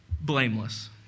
Blameless